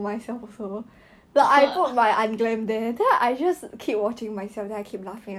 um if he is always with me then you keep coming to me then like he will notice you more and more don't you want that